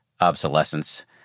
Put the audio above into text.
obsolescence